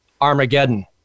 Armageddon